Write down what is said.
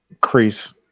crease